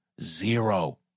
Zero